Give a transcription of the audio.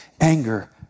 Anger